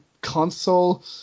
console